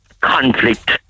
conflict